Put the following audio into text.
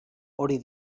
hori